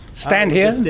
stand here?